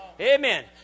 Amen